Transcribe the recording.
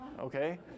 okay